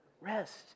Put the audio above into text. Rest